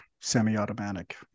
semi-automatic